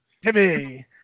Timmy